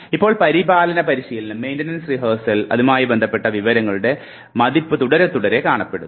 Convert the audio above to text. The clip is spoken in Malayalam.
ഇപ്പോൾ പരിപാലന പരിശീലനത്തിൽ വിവരങ്ങളുടെ മതിപ്പ് തുടരെ തുടരെ കാണപ്പെടുന്നു